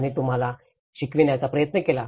त्याने तुम्हाला शिकवण्याचा प्रयत्न केला